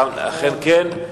אכן כן.